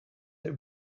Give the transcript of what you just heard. that